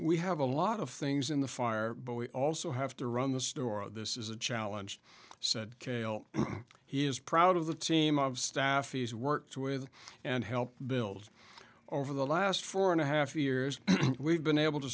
we have a lot of things in the fire but we also have to run the store this is a challenge said he is proud of the team of staff he's worked with and helped build over the last four and a half years we've been able to